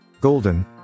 Golden